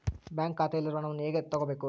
Bank ಖಾತೆಯಲ್ಲಿರುವ ಹಣವನ್ನು ಹೇಗೆ ತಗೋಬೇಕು?